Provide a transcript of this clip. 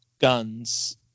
guns